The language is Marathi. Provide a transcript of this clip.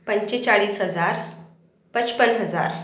पंचेचाळीस हजार पचपन हजार